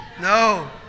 No